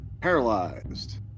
Paralyzed